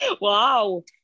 wow